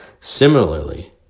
Similarly